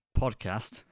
podcast